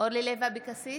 אורלי לוי אבקסיס,